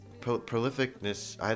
Prolificness